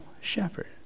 shepherd